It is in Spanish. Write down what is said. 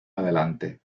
adelante